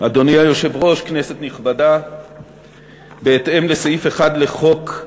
מושב רביעי, מס' מ/694, חוב' ל"ה,